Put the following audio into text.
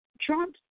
Trump